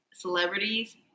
Celebrities